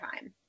time